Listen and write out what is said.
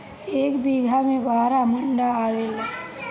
एक बीघा में बारह मंडा आवेला